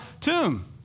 tomb